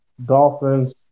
Dolphins